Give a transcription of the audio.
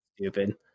stupid